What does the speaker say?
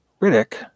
Riddick